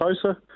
closer